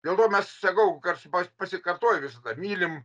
dėl to mes sakau kas pasikartoju visada mylim